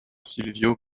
silvio